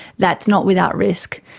that is not without risk.